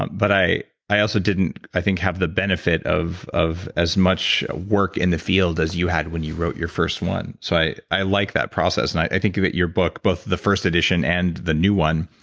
um but i i also didn't, i think, have the benefit of of as much work in the field as you had when you wrote your first one. so i i like that process and i think that your book, both the first addition and the new one,